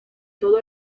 todo